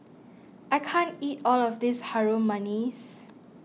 I can't eat all of this Harum Manis